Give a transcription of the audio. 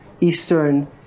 Eastern